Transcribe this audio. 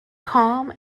calm